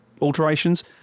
Alterations